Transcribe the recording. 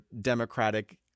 democratic